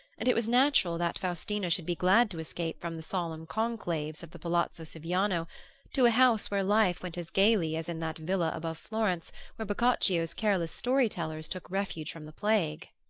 and it was natural that faustina should be glad to escape from the solemn conclaves of the palazzo siviano to a house where life went as gaily as in that villa above florence where boccaccio's careless story-tellers took refuge from the plague.